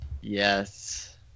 Yes